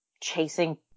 chasing